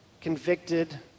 convicted